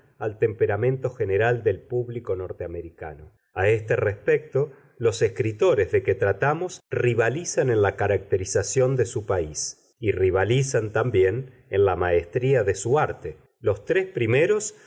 al temperamento general del público norteamericano a este respecto los escritores de que tratamos rivalizan en la caracterización de su país y rivalizan también en la maestría de su arte los tres primeros